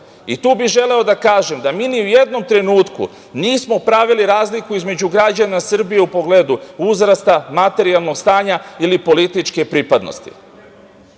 bi želeo da kažem, da mi ni u jednom trenutku nismo pravili razliku između građana Srbije u pogledu uzrasta, materijalnog stanja ili političke pripadnosti. Ukoliko